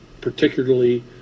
particularly